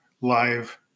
live